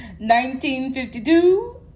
1952